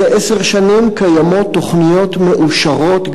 זה עשר שנים קיימות תוכניות מאושרות,